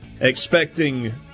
expecting